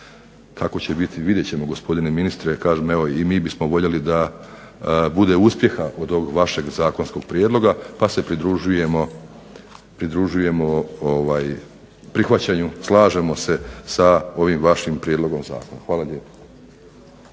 Kako će biti? Vidjet ćemo gospodine ministre, kažem evo i mi bismo voljeli da bude uspjeha od ovog vašeg zakonskog prijedloga, pa se pridružujemo prihvaćanju. Slažemo se sa vašim prijedlogom zakona. Hvala lijepo.